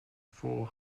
four